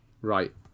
Right